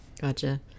gotcha